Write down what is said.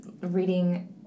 reading